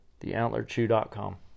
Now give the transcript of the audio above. TheAntlerChew.com